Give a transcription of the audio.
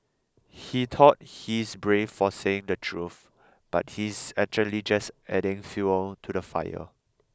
he thought he's brave for saying the truth but he's actually just adding fuel to the fire